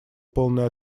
полной